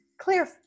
clear